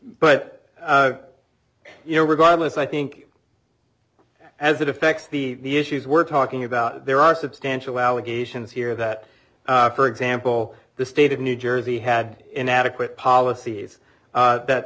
but you know regardless i think as it affects the issues we're talking about there are substantial allegations here that for example the state of new jersey had inadequate policies that